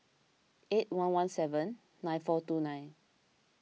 eight one one seven nine four two nine